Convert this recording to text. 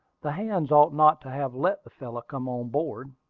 the hands ought not to have let the fellow come on board.